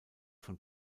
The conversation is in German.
von